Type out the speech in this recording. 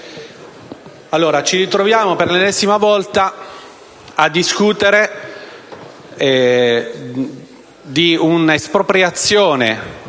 ci ritroviamo per l'ennesima volta a discutere di un'espropriazione